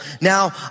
Now